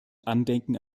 andenken